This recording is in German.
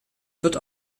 wird